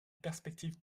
perspective